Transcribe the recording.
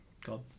God